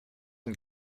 une